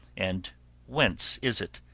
and whence is it?